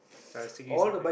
so I was thinking something